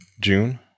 June